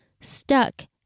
stuck